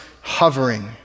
hovering